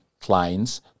clients